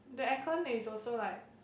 the air con is also like